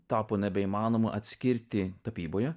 tapo nebeįmanoma atskirti tapyboje